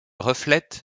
reflète